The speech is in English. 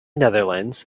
netherlands